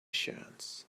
chance